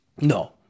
No